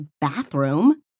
bathroom